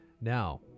now